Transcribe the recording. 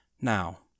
Now